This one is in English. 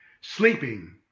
Sleeping